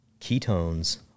Ketones